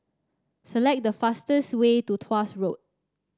select the fastest way to Tuas Road